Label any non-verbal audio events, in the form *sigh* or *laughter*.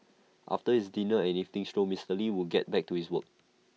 *noise* after his dinner and evening stroll Mister lee would get back to his work